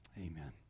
Amen